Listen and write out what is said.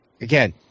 Again